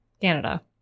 Canada